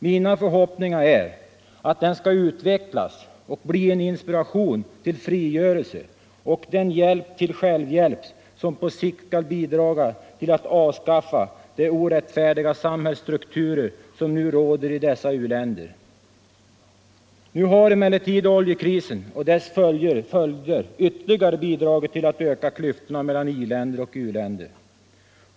Min förhoppning är att den skall utvecklas och bli en inspiration till frigörelse och den hjälp till självhjälp som på sikt skall bidraga till att avskaffa de orättfärdiga samhällsstrukturer som nu råder i dessa u-länder. Nu har emellertid oljekrisen och dess följder ytterligare bidragit till att öka klyftorna mellan i-länder och u-länder.